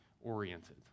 oriented